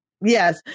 Yes